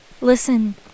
Listen